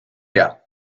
her